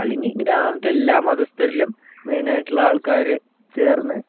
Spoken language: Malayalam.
അല്ലെങ്കിൽ ഗ്രാമത്തിലെല്ലാ മതസ്ഥരിലും മെയ്നായിട്ടുള്ള ആൾക്കാർ ചേർന്ന്